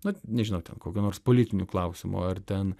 vat nežinau ten kokiu nors politiniu klausimu ar ten